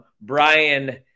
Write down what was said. Brian